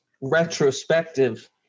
retrospective